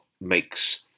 makes